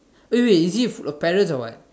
wait wait is it a food a parrot or what